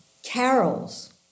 carols